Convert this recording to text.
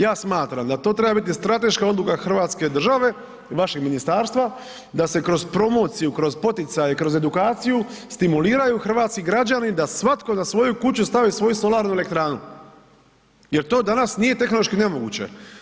Ja smatram da to treba biti strateška odluka Hrvatske države, vašeg ministarstva da se kroz promociju, kroz poticaje, kroz edukaciju stimuliraju hrvatski građani da svatko na svoju kuću stavi svoju solarnu elektranu jer to danas nije tehnološki nemoguće.